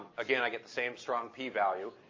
again, i get the same strong p-value.